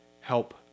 help